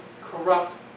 corrupt